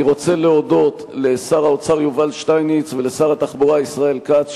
אני רוצה להודות לשר האוצר יובל שטייניץ ולשר התחבורה ישראל כץ,